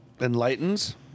Enlightens